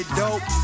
dope